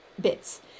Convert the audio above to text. bits